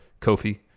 Kofi